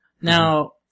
Now